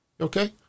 okay